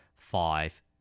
Five